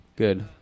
Good